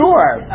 Sure